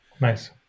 Nice